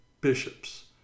Bishops